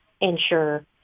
ensure